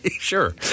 Sure